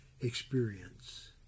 experience